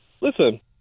listen